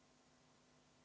Hvala